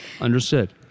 Understood